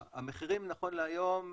המחירים נכון להיום,